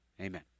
Amen